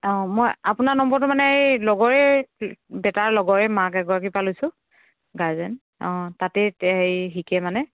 অঁ মই আপোনাৰ নম্বৰটো মানে এই লগৰে বেটাৰ লগৰে মাক এগৰাকীৰ পৰা লৈছোঁ গাৰ্জেন অঁ তাতেই হেৰি শিকে মানে